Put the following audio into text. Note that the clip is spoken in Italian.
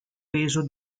peso